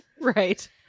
Right